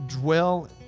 dwell